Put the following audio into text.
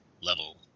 level